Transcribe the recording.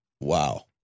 Wow